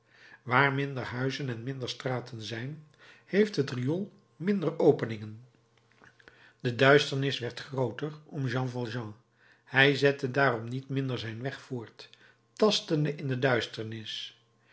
waar minder huizen en minder straten zijn heeft het riool minder openingen de duisternis werd grooter om jean valjean hij zette daarom niet minder zijn weg voort tastende in de duisternis